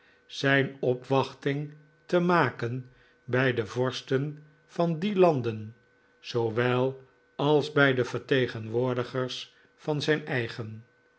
zijn opwachting te maken bij de vorsten van die landen zoowel als bij de vertegenwoordigers van zijn eigen